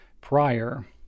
prior